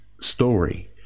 story